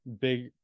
big